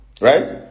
right